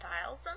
styles